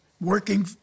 working